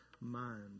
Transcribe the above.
mind